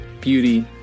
beauty